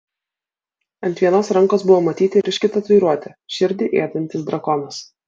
ant vienos rankos buvo matyti ryški tatuiruotė širdį ėdantis drakonas